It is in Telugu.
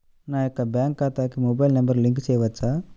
నా యొక్క బ్యాంక్ ఖాతాకి మొబైల్ నంబర్ లింక్ చేయవచ్చా?